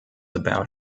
about